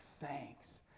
thanks